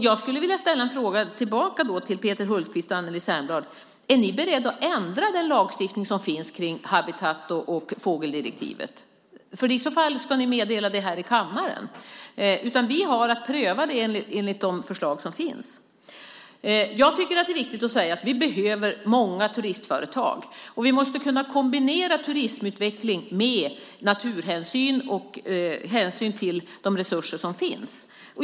Jag skulle vilja fråga Peter Hultqvist och Anneli Särnblad om de är beredda att ändra den lagstiftning som finns för habitat och fågeldirektiven. I så fall ska ni meddela det i kammaren. Vi har att pröva förslagen enligt den lagstiftning som finns. Det är viktigt att säga att vi behöver många turistföretag, och vi måste kunna kombinera turismutvecklingen med naturhänsyn och med hänsyn till de resurser som finns.